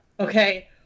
Okay